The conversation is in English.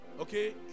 Okay